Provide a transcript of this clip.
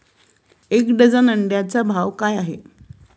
एक डझन अंड्यांचा भाव काय आहे?